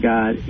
God